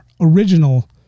original